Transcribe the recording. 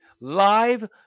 live